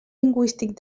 lingüístic